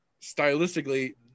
Stylistically